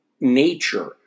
nature